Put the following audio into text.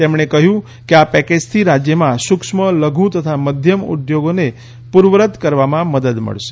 તેમણે કહ્યું કે આ પેકેજથી રાજ્યમાં સુક્ષ્મ લધુ તથા મધ્યમ ઉદ્યોગોને પૂર્વવત કાર્યરત કરવામાં મદદ મળશે